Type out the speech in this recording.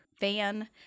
van